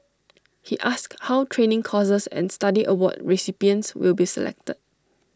he asked how training courses and study award recipients will be selected